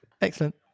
Excellent